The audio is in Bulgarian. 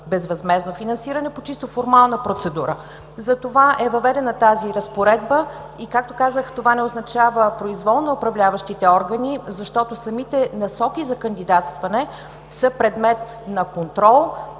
безвъзмездно финансиране по чисто формална процедура. Затова е въведена тази разпоредба. Както казах, това не означава произвол на управляващите органи, защото самите насоки за кандидатстване са предмет на контрол,